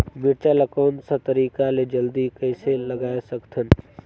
मिरचा ला कोन सा तरीका ले जल्दी कइसे उगाय सकथन?